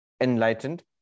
enlightened